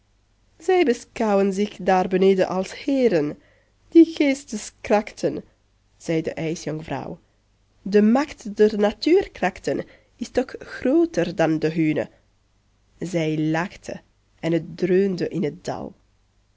zij beschouwen zich daar beneden als heeren die geesteskrachten zei de ijsjonkvrouw de macht der natuurkrachten is toch grooter dan de hunne zij lachte en het dreunde in het dal